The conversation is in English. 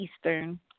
Eastern